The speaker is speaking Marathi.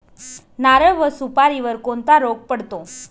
नारळ व सुपारीवर कोणता रोग पडतो?